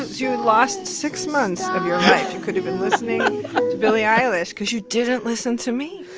you lost six months of your life you could have been listening to billie eilish because you didn't listen to me